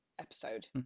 episode